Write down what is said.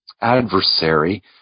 adversary